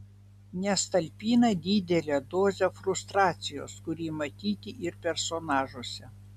nes talpina didelę dozę frustracijos kuri matyti ir personažuose